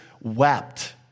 wept